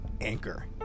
Anchor